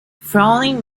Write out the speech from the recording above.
frowning